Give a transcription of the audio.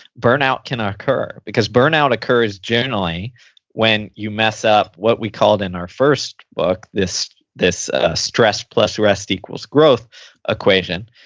burnout can occur. because burnout occurs generally when you mess up what we called in our first book, this this stress plus rest equals growth equation,